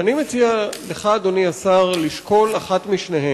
ואני מציע לך, אדוני השר, לשקול אחת משתיהן.